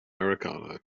americano